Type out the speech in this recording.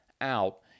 out